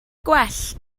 gwell